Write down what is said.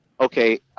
okay